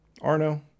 Arno